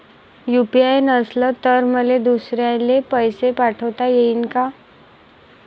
UPI नसल तर मले दुसऱ्याले पैसे पाठोता येईन का?